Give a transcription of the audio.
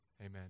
amen